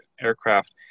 aircraft